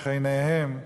שכניהם,